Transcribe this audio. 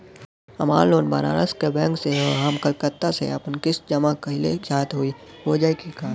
हमार लोन बनारस के बैंक से ह हम कलकत्ता से आपन किस्त जमा कइल चाहत हई हो जाई का?